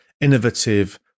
innovative